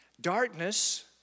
Darkness